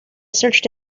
searched